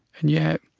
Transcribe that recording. and yet,